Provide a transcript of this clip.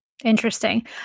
Interesting